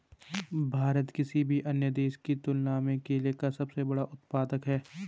भारत किसी भी अन्य देश की तुलना में केले का सबसे बड़ा उत्पादक है